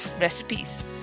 recipes